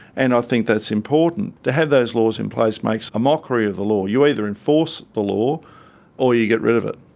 and i think that's important. to have those laws in place makes a mockery of the law. you either enforce the law or you get rid of it.